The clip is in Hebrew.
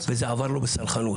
וזה עבר לו בסלחנות.